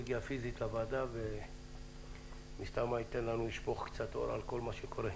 הוא הגיע פיסית לוועדה ומסתמא ישפוך קצת אור על כל מה שקורה.